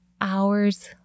hours